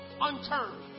unturned